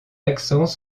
accents